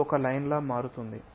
ఇది ఒక లైన్ గా మారుతుంది